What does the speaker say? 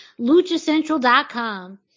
LuchaCentral.com